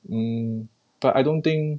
um but I don't think